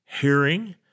hearing